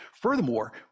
Furthermore